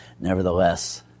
Nevertheless